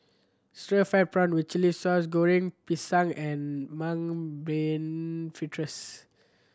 stir fried prawn with chili sauce Goreng Pisang and Mung Bean Fritters